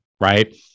right